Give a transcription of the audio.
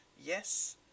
Yes